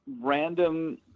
random